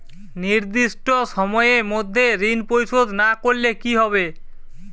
নির্দিষ্ট সময়ে মধ্যে ঋণ পরিশোধ না করলে কি হবে?